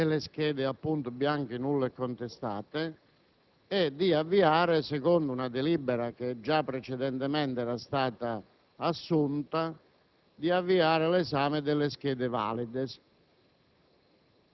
delle schede bianche, nulle e contestate e di avviare (secondo una delibera che già precedentemente era stata assunta) l'esame delle schede valide.